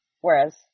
whereas